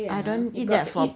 I don't eat that for